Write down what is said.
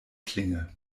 klinge